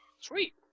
Sweet